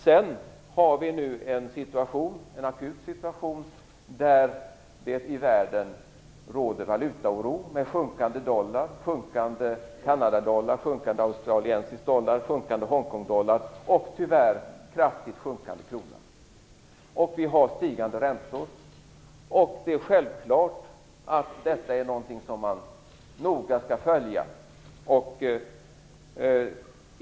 Sedan har vi nu en akut situation i världen med rådande valutaoro, sjunkande dollar, sjunkande Kanadadollar, sjunkande australisk dollar, sjunkande Hongkongdollar och tyvärr kraftigt sjunkande krona. Vi har också stigande räntor. Det är självklart att detta är någonting som man noga skall följa.